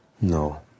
No